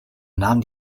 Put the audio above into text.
nahm